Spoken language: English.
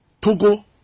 Togo